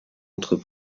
entre